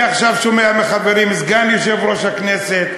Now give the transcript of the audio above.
ואני עכשיו שומע מחברים: סגן יושב-ראש הכנסת,